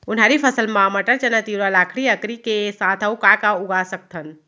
उनहारी फसल मा मटर, चना, तिंवरा, लाखड़ी, अंकरी के साथ अऊ का का उगा सकथन?